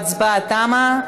ההצבעה תמה.